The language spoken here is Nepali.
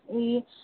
ए